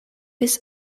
his